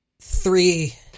Three